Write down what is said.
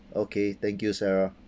okay thank you sarah